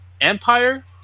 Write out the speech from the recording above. Empire